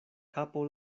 kapo